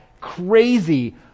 crazy